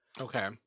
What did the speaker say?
okay